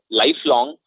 lifelong